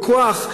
בכוח,